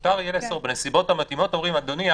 בנסיבות המתאימות אומרים: אדוני,